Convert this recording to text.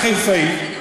אגב, אתה חיפאי.